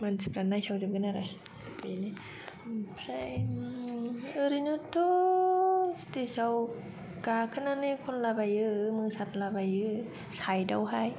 मानसिफ्रा नायसाव जोबगोन आरो बेनो आमफ्राय ओरैनोथ' स्टेजाव गाखोनानै खनला बायो मोसादला बायो साइडाव हाय